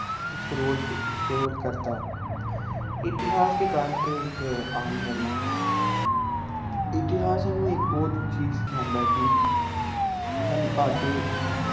इक role role करदा इतिहास दी गल्ल ते इक आम गल्लां ऐं इतिहास साह्नू इक बोह्त चीज सखांदा ऐ कि साह्नू आगे